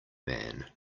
man